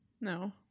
No